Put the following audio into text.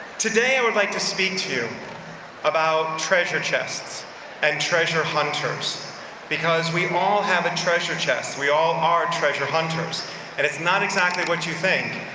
today i would like to speak to you about treasure chests and treasure hunters because we all have a treasure chest. we all are treasure hunters and it's not exactly what you think,